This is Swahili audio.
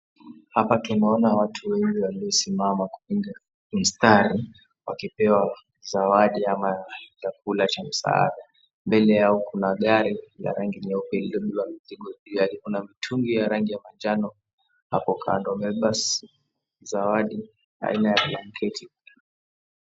Hapa tunaona watu wengi waliosimama kwa mstari wakipewa zawadi ama chakula cha msaada, mbele yao kuna gari ya rangi nyeupe iliyobeba mizigo juu yake. Kuna mitungi ya rangi ya manjano hapo kando imebeba zawadi aina ya blanketi.